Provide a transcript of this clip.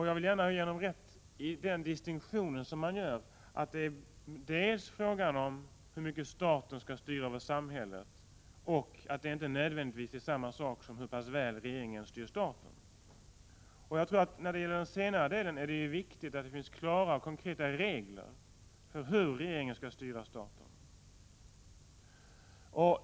Jag vill gärna ge Daniel Tarschys rätt i den distinktion som han gör, nämligen att det är frågan om dels hur mycket staten skall styra över samhället, dels hur mycket regeringen skall styra staten. Det är inte nödvändigtvis samma sak. Det är då viktigt att det finns klara, konkreta regler för hur regeringen skall styra staten.